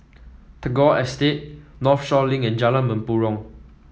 Tagore Estate Northshore Link and Jalan Mempurong